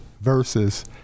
versus